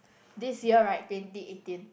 this year right twenty eighteen